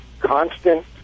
constant